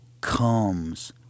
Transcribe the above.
comes